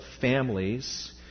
families